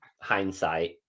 hindsight